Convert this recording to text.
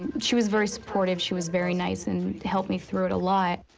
and she was very supportive. she was very nice and helped me through it a lot.